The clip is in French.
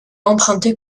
emprunté